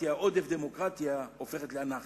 עודף דמוקרטיה הופכת לאנרכיה.